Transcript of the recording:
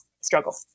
Struggle